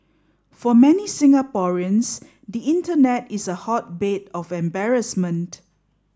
for many Singaporeans the internet is a hotbed of embarrassment